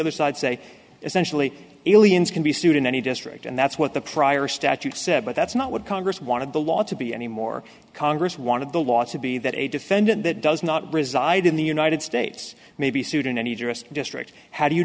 other side say essentially aliens can be sued in any district and that's what the prior statute said but that's not what congress wanted the law to be any more congress wanted the law to be that a defendant that does not reside in the united states may be sued in any tourist district how do you